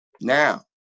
Now